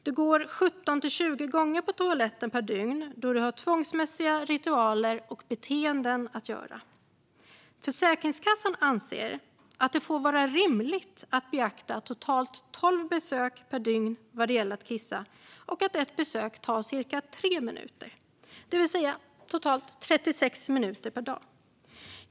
Du går 17-20 gånger på toaletten per dygn då du har tvångsmässiga ritualer och beteenden att göra. Försäkringskassan anser att det får vara rimligt att beakta totalt 12 besök per dygn vad gäller att kissa, och att ett besök tar cirka 3 minuter, det vill säga totalt 36 minuter per dag.